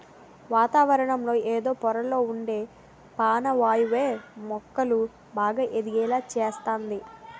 వాతావరణంలో ఎదో పొరల్లొ ఉండే పానవాయువే మొక్కలు బాగా ఎదిగేలా సేస్తంది